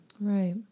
Right